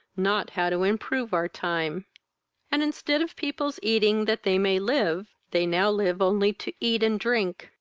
not how to improve our time and, instead of people's eating that they may live, they now live only to eat and drink,